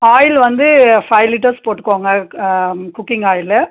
oil வந்து five litres போட்டுக்கோங்க cooking oil